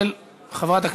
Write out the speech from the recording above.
אנחנו עוברים,